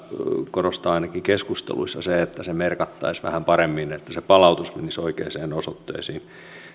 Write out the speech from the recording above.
korostaa ainakin keskusteluissa se että se merkattaisiin vähän paremmin että palautus menisi oikeisiin osoitteisiin